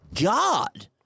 God